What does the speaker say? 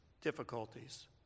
difficulties